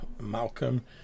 malcolm